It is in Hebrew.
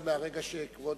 השר כבר